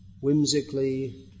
whimsically